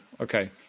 okay